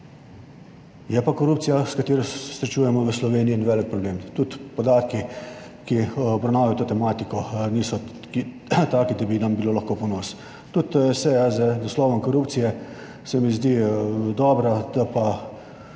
Je pa korupcija s katero se srečujemo v Sloveniji en velik problem. Tudi podatki, ki obravnavajo to tematiko, niso taki, da bi nam bilo lahko v ponos. Tudi seja z naslovom korupcije, se mi